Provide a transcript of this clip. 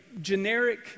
generic